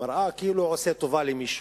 מראה כאילו הוא עושה טובה למישהו.